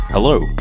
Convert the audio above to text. Hello